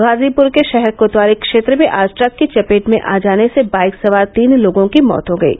गाजीपुर के षहर कोतवाली क्षेत्र में आज ट्रक की चपेट में आ जाने से बाईक सवार तीन लोगों की मौत हो गयी